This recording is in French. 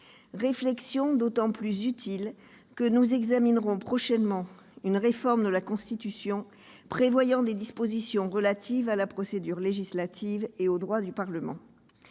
réflexion d'autant plus utile que nous examinerons prochainement une réforme de la Constitution qui prévoit des dispositions relatives à la procédure législative et aux droits du Parlement.